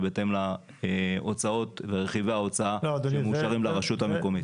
ובהתאם להוצאות ולרכיבי ההוצאה שמאושרים לרשות המקומית.